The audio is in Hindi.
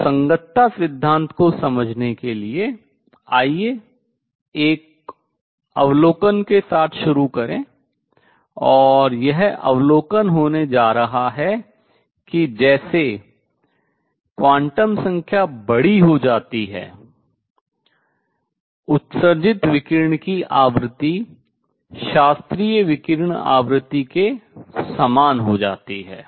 तो संगतता सिद्धांत को समझने के लिए आइए एक अवलोकन के साथ शुरू करें और यह अवलोकन होने जा रहा है कि जैसे क्वांटम संख्या बड़ी हो जाती है उत्सर्जित विकिरण की आवृत्ति शास्त्रीय विकिरण आवृत्ति के समान हो जाती है